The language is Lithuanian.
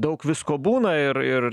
daug visko būna ir ir